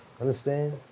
understand